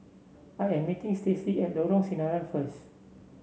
I am meeting Stacey at Lorong Sinaran first